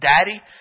Daddy